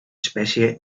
espècie